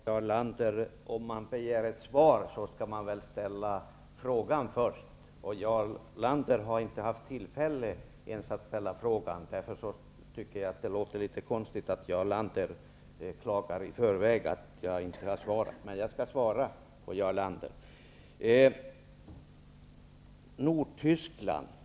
Herr talman! Om man begär ett svar, måste man väl först ställa frågan. Jarl Lander har inte ens haft tillfälle att ställa frågan. Därför låter det konstigt när Jarl Lander i förväg klagar över att jag inte har svarat, men det skall jag göra.